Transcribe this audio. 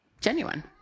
genuine